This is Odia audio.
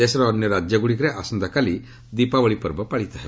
ଦେଶର ଅନ୍ୟ ରାଜ୍ୟଗୁଡ଼ିକରେ ଆସନ୍ତାକାଲି ଦୀପାବଳି ପର୍ବ ପାଳିତ ହେବ